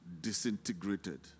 disintegrated